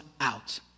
out